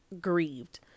grieved